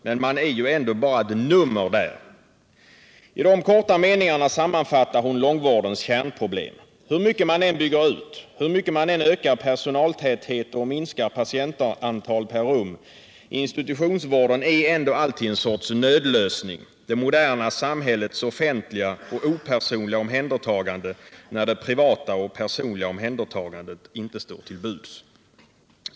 Men man är ju ändå bara ett nummer där.” I de korta meningarna sammanfattar hon långvårdens kärnproblem: hur mycket man än bygger ut, hur mycket man än ökar personaltäthet och minskar patientantal per rum är institutionsvården ändå alltid en sorts nödlösning, det moderna samhällets offentliga och opersonliga omhändertagande när det privata och personliga omhändertagandet inte står till buds.